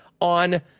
on